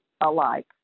alike